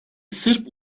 sırp